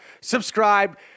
subscribe